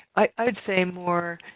i should say more,